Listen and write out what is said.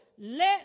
Let